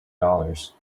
dollars